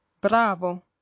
Bravo